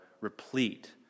replete